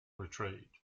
retreat